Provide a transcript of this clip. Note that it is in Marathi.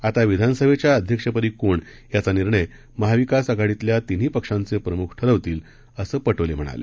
आताविधानसभेच्याअध्यक्षपदीकोणयाचानिर्णयमहाविकासआघाडीतल्यातीन्हीपक्षांचेप्रमुखठरवतील असंपटोलेम्हणाले